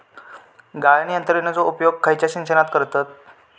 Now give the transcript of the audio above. गाळण यंत्रनेचो उपयोग खयच्या सिंचनात करतत?